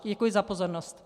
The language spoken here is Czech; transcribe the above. Děkuji za pozornost.